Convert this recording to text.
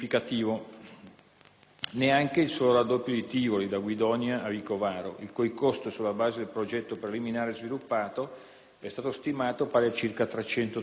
neanche il solo raddoppio di "Tivoli" da Guidonia a Vicovaro, il cui costo, sulla base del progetto preliminare sviluppato, è stato stimato pari a circa 330 milioni di euro.